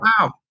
wow